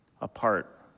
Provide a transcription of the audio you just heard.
apart